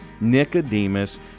nicodemus